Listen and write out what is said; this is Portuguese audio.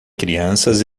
crianças